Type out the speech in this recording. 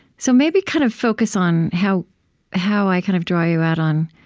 so maybe kind of focus on how how i kind of draw you out on